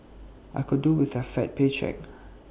I could do with A fat paycheck